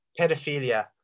pedophilia